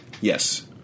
Yes